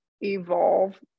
evolve